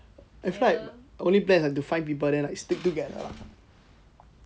I feel like only plan is to find people then like stick together lah